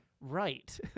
right